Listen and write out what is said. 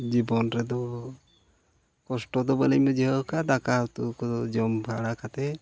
ᱡᱤᱵᱚᱱ ᱨᱮᱫᱚ ᱠᱚᱥᱴᱚ ᱫᱚ ᱵᱟᱹᱞᱤᱧ ᱵᱩᱡᱷᱟᱹᱣ ᱟᱠᱟᱫᱼᱟ ᱫᱟᱠᱟᱼᱩᱛᱩ ᱠᱚᱫᱚ ᱡᱚᱢ ᱵᱟᱲᱟ ᱠᱟᱛᱮᱫ